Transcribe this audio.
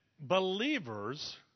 believers